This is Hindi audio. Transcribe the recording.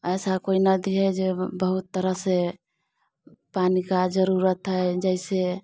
ऐसा कोई नदी है जे बहुत तरह से पानी का जरूरत है जैसे